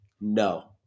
No